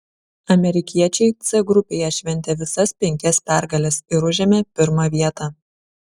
amerikiečiai c grupėje šventė visas penkias pergales ir užėmė pirmą vietą